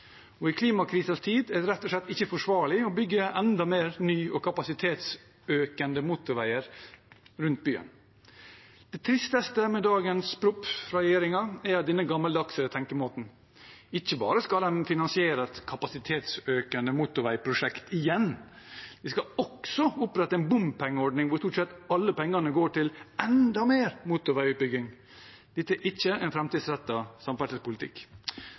og i klimakrisens tid er det rett og slett ikke forsvarlig å bygge enda mer ny og kapasitetsøkende motorvei rundt byen. Det tristeste med dagens proposisjon fra regjeringen er den gammeldagse tenkemåten. Ikke bare skal en finansiere et kapasitetsøkende motorveiprosjekt igjen. Vi skal også opprette en bompengeordning hvor stort sett alle pengene går til enda mer motorveiutbygging. Dette er ikke en framtidsrettet samferdselspolitikk.